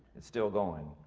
it's still going.